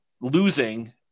losing